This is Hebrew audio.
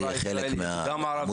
זה חלק מהמודעות.